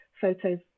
photos